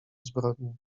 zbrodni